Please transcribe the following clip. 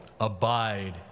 Abide